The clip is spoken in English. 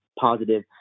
positive